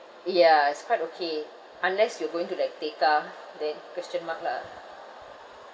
ya it's quite okay unless you're going to like tekka then question mark lah